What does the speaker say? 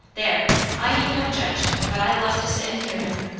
there! i ain't no judge but i love to sit and hear him.